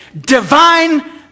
Divine